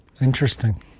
Interesting